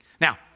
Now